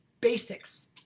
basics